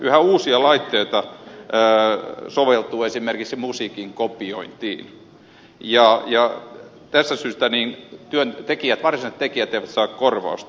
yhä uusia laitteita soveltuu esimerkiksi musiikin kopiointiin ja tästä syystä varsinaiset tekijät eivät saa korvausta